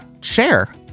share